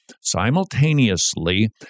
simultaneously